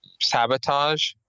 sabotage